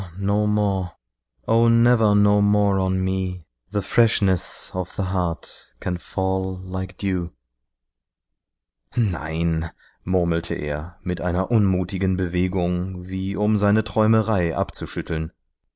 nein murmelte er mit einer unmutigen bewegung wie um seine träumerei abzuschütteln